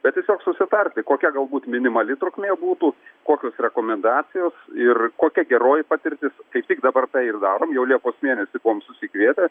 bet tiesiog susitarti kokia galbūt minimali trukmė būtų kokios rekomendacijos ir kokia geroji patirtis kaip tik dabar ir darom jau liepos mėnesį buvome susikvietę